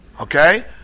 okay